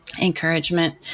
encouragement